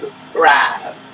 subscribe